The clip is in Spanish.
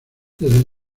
desde